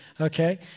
Okay